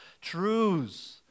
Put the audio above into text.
truths